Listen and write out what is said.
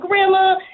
grandma